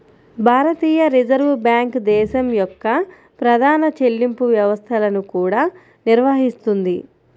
భారతీయ reserve bank దేశం యొక్క ప్రధాన చెల్లింపు వ్యవస్థలను కూడా నిర్వహిస్తుంది